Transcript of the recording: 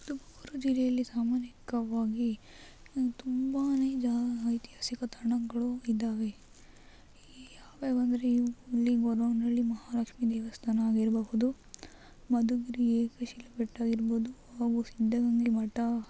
ತುಮಕೂರು ಜಿಲ್ಲೆಯಲ್ಲಿ ಸಾಮಾಜಿಕವಾಗಿ ತುಂಬಾ ಜಾ ಐತಿಹಾಸಿಕ ತಾಣಗಳು ಇದಾವೆ ಯಾವ್ಯಾವು ಅಂದರೆ ಹಳ್ಳಿ ಗೊರವನಹಳ್ಳಿ ಮಹಾಲಕ್ಷ್ಮಿ ದೇವಸ್ಥಾನ ಆಗಿರಬಹುದು ಮಧುಗಿರಿ ಏಕಶಿಲಾ ಬೆಟ್ಟ ಆಗಿರ್ಬೋದು ಹಾಗೂ ಸಿದ್ದಗಂಗೆ ಮಠ